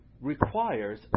requires